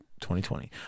2020